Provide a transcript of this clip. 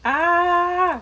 ah